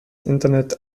internet